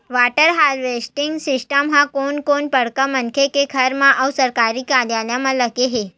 water harvesting system ह कोनो कोनो बड़का मनखे के घर म अउ सरकारी कारयालय म लगे हे